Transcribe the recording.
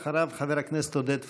אחריו, חבר הכנסת עודד פורר.